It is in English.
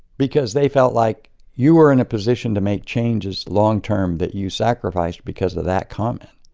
because they felt like you were in a position to make changes long-term that you sacrificed because of that comment